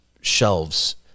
shelves